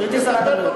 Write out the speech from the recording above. גברתי שרת הבריאות,